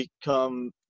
become